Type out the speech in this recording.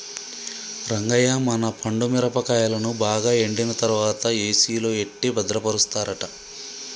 రంగయ్య మన పండు మిరపకాయలను బాగా ఎండిన తర్వాత ఏసిలో ఎట్టి భద్రపరుస్తారట